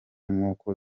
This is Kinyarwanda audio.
nk’uko